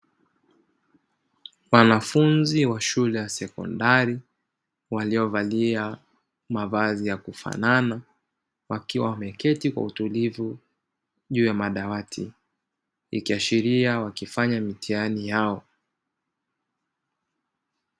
Wanafunzi wa shule ya sekondari, waliovalia mavazi ya kufanana, wakiwa wameketi kwa utulivu juu ya madawati, ikiashiria wakifanya mitihani yao.